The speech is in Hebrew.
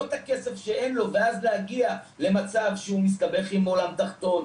לא את הכסף שאין לו ואז להגיע למצב שהוא מסתבך עם עולם תחתון,